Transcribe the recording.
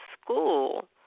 school